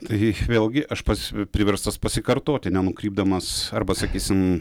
tai vėlgi aš pats priverstas pasikartoti nenukrypdamas arba sakysim